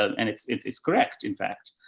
and and it's, it's, it's correct in fact.